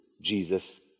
Jesus